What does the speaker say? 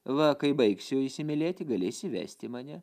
va kai baigsiu įsimylėti galėsi vesti mane